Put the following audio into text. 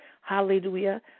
hallelujah